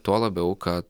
tuo labiau kad